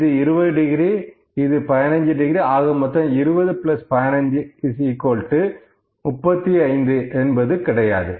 இது 20 டிகிரி இது 15 டிகிரி ஆக மொத்தம் 20 15 35 என்பது கிடையாது